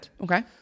Okay